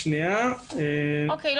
אוקיי,